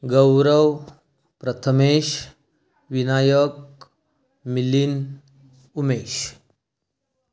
Gaurav Prathamesh Vinayak Milind Umesh